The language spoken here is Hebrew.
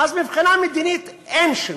אז מבחינה מדינית אין שינוי.